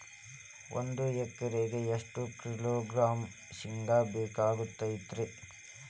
ಒಂದು ಎಕರೆಗೆ ಎಷ್ಟು ಕಿಲೋಗ್ರಾಂ ಶೇಂಗಾ ಬೇಕಾಗತೈತ್ರಿ?